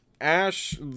Ash